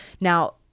Now